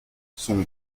son